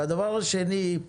והדבר השני,